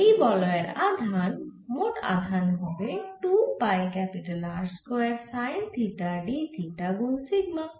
এই বলয়ের আধান মোট আধান হবে 2 pi R square sine theta d theta গুন সিগমা